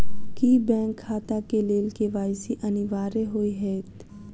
की bank खाता केँ लेल के.वाई.सी अनिवार्य होइ हएत?